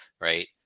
right